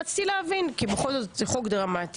רציתי להבין כי בכל זאת זה חוק דרמטי.